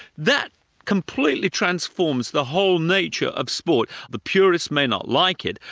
that completely transforms the whole nature of sport, the purists may not like it,